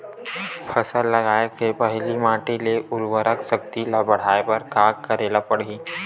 फसल लगाय के पहिली माटी के उरवरा शक्ति ल बढ़ाय बर का करेला पढ़ही?